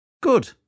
Good